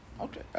Okay